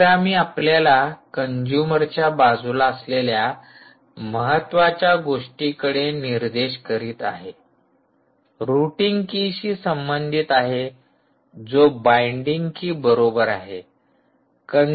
अभिरामी आपल्याला कंजूमरच्या बाजूला असलेल्या महत्त्वाच्या गोष्टीकडे निर्देश करीत आहे रुटिंग की संबंधित आहे जो बाईंडिंग की बरोबर आहे